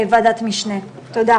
בשעה